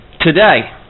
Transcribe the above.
today